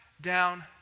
down